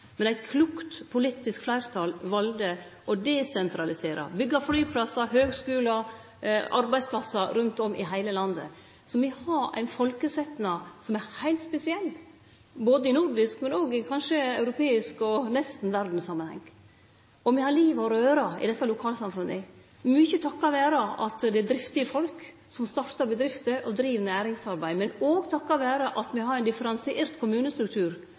Eit klokt politisk fleirtal valde å desentralisere – byggje flyplassar, høgskular og arbeidsplassar rundt om i heile landet. Så me har ein folkesetnad som er heilt spesiell i nordisk og kanskje i europeisk samanheng – og nesten i verdssamanheng. Det er liv og røre i desse lokalsamfunna, mykje takk vere driftige folk, som startar bedrifter og driv næringsarbeid, men òg takk vere at me har ein differensiert kommunestruktur,